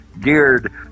geared